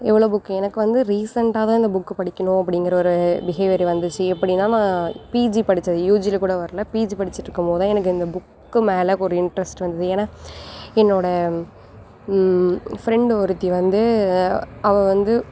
எவ்வளோ புக் எனக்கு வந்து ரிசெண்ட்டாக தான் இந்த புக் படிக்கணும் அப்படிங்குற ஒரு பிஹேவியர் வந்துச்சு எப்படின்னா நான் பிஜி படிச்சது யுஜியில கூட வரல பிஜி படிச்சிவிட்டு இருக்கும் போது தான் எனக்கு இந்த புக்கு மேலே ஒரு இன்ட்ரெஸ்ட் வந்துது ஏன்னா என்னோட ஃப்ரெண்டு ஒருத்தி வந்து அவ வந்து